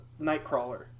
Nightcrawler